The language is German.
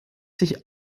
sich